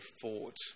fought